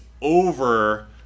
over